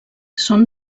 són